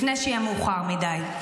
לפני שיהיה מאוחר מדי.